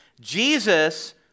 Jesus